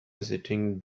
visiting